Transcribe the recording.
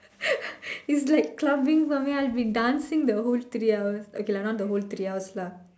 is like clubbing for me I would be dancing the whole three hours okay not the whole three hours lah